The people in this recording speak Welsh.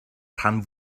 rhan